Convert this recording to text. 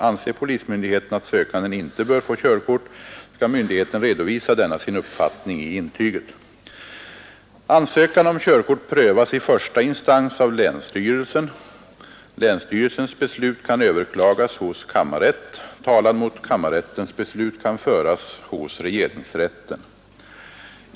Anser polismyndigheten att sökanden inte bör få körkort, skall myndigheten redovisa denna sin uppfattning i intyget. Ansökan om körkort prövas i första instans av länsstyrelsen. Länsstyrelsens beslut kan överklagas hos kammarrätt. Talan mot kammarrättens beslut kan föras hos regeringsrätten.